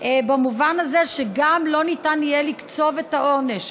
במובן הזה שגם לא ניתן יהיה לקצוב את העונש,